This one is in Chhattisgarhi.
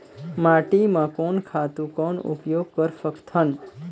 माटी म कोन खातु कौन उपयोग कर सकथन?